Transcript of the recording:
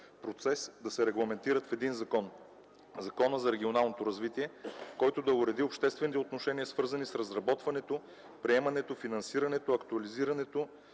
процес да се регламентират в един закон – Закона за регионалното развитие, който да уреди обществените отношения, свързани с разработването, приемането, финансирането, актуализирането